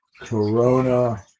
Corona